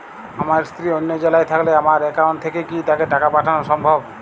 আমার স্ত্রী অন্য জেলায় থাকলে আমার অ্যাকাউন্ট থেকে কি তাকে টাকা পাঠানো সম্ভব?